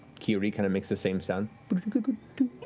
kiri kind of makes the same sound but